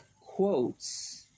quotes